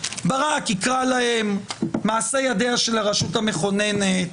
ברק יקרא להם "מעשה ידיה של הרשות המכוננת",